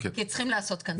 כי צריך לעשות כאן סדר.